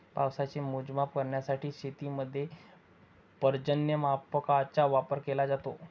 पावसाचे मोजमाप करण्यासाठी शेतीमध्ये पर्जन्यमापकांचा वापर केला जातो